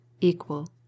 equal